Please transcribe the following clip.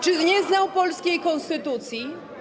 Czy nie znał polskiej konstytucji?